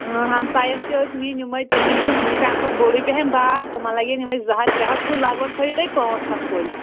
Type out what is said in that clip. ٲں ہمسایَس تہِ ٲسۍ نِنۍ یِمے تِمن چھُ سانہٕ کھۄتہٕ بوٚڈٕے پَہم باغ تِمن لَگن یِمے زٕ ہتھ ترٛےٚ ہتھ کُلۍ لگ بگ تھٲوِو تُہۍ پانٛژھ ہتھ کُلۍ